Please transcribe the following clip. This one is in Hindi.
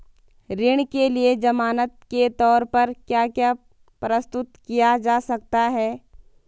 ऋण के लिए ज़मानात के तोर पर क्या क्या प्रस्तुत किया जा सकता है?